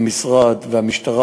המשרד והמשטרה,